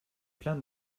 plein